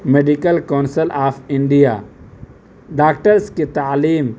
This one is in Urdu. medical council of India doctors کے تعلیم